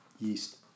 yeast